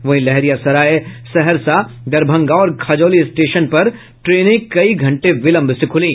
वहीं लहेरियासराय सहरसा दरभंगा और खजौली स्टेशन पर ट्रेनें कई घंटे विलंब से खुली